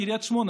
קריית שמונה,